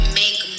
make